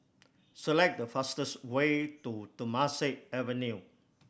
select the fastest way to Temasek Avenue